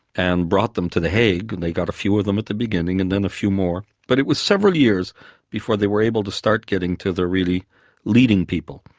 and brought them to the hague and they got a few of them at the beginning and then a few more. but it was several years before they were able to start getting to the really leading people.